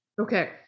Okay